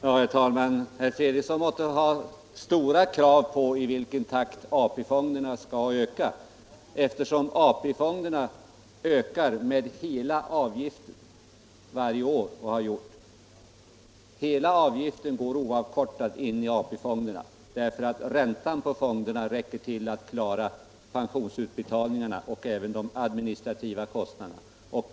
Herr talman! Herr Fredriksson måtte ha stora krav på i vilken takt AP-fonderna skall öka. Hela avgiften går oavkortad in i AP-fonderna, eftersom räntan på fonderna räcker till att klara pensionsutbetalningarna och även de administrativa kostnaderna.